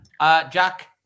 Jack